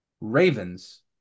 Ravens